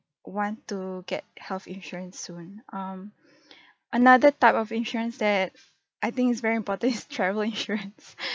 want to get health insurance soon um another type of insurance that I think is very important is travel insurance